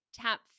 tap